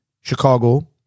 Chicago